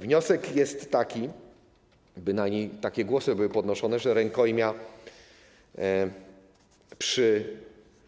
Wniosek jest taki, przynajmniej takie głosy były podnoszone, że rękojmia przy